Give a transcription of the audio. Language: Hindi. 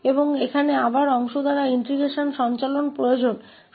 और यहां हमें फिर से भागों द्वारा एकीकरण करने की आवश्यकता है